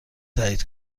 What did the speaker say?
تایید